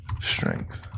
Strength